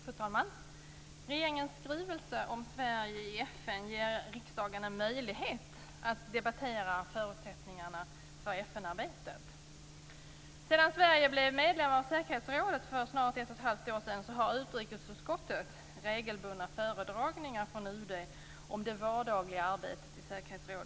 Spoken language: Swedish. Fru talman! Regeringens skrivelse om Sverige i FN ger riksdagen en möjlighet att debattera förutsättningarna för FN-arbetet. Sedan Sverige blev medlem av säkerhetsrådet för snart ett och ett halvt år sedan har utrikesutskottet regelbundna föredragningar från UD om det vardagliga arbetet i säkerhetsrådet.